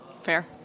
Fair